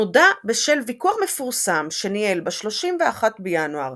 נודע בשל ויכוח מפורסם שניהל ב-31 בינואר